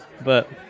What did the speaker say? but-